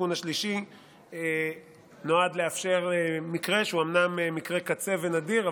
התיקון השלישי נועד לאפשר מקרה שהוא מקרה קצה ונדיר.